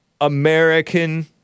American